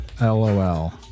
LOL